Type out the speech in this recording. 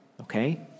okay